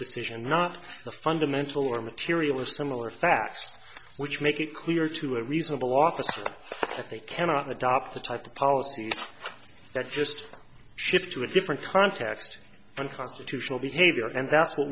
decision not the fundamental or material or similar facts which make it clear to a reasonable officer i think cannot adopt the type of policies that just shift to a different context and constitutional behavior and that's what